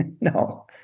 no